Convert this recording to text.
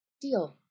Deal